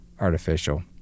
artificial